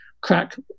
crack